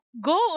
go